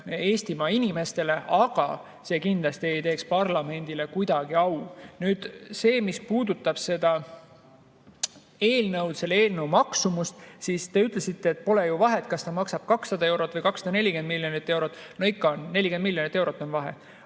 Eestimaa inimestel, aga see kindlasti ei teeks parlamendile kuidagi au. Nüüd, mis puudutab eelnõu, selle maksumust, siis te ütlesite, et pole ju vahet, kas ta maksab 200 [miljonit] eurot või 240 miljonit eurot. No ikka on, 40 miljonit eurot on vahe.